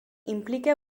implica